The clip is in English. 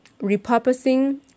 repurposing